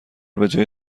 بجای